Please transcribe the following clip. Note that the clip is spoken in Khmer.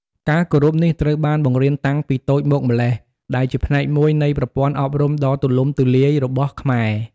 ការគោរពនេះត្រូវបានបង្រៀនតាំងពីតូចមកម្ល៉េះ ដែលជាផ្នែកមួយនៃប្រព័ន្ធអប់រំដ៏ទូលំទូលាយរបស់ខ្មែរ។